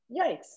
Yikes